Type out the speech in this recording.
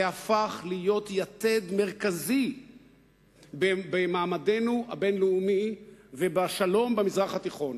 זה הפך להיות יתד מרכזית במעמדנו הבין-לאומי ובשלום במזרח התיכון.